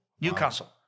Newcastle